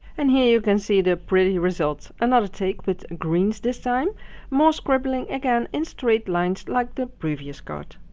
and here you can see the pretty result and another take with greens this time more scribbling again in straight lines like the previous card